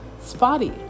spotty